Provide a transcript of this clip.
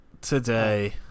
today